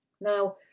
Now